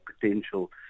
potential